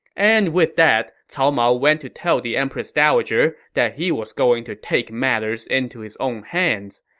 and with that, cao mao went to tell the empress dowager that he was going to take matters into his own hands.